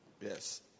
Yes